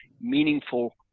meaningful